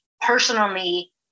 personally